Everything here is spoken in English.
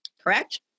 correct